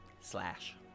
slash